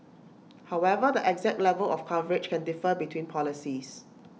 however the exact level of coverage can differ between policies